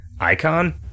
icon